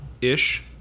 Ish